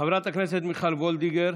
חברת הכנסת מיכל וולדיגר,